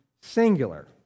singular